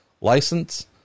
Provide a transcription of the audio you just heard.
license